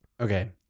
Okay